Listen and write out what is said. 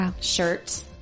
shirt